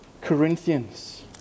Corinthians